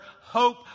hope